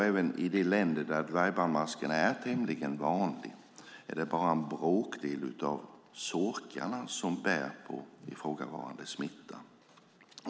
Även i de länder där dvärgbandmasken är tämligen vanlig är det bara en bråkdel av sorkarna som bär på ifrågavarande smitta.